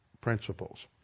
principles